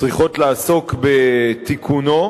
צריכות לעסוק בתיקונו.